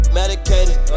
medicated